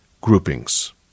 groupings